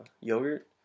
yogurt